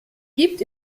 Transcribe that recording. gibt